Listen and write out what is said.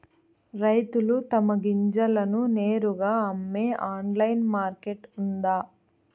రైతులు తమ గింజలను నేరుగా అమ్మే ఆన్లైన్ మార్కెట్ ఉందా?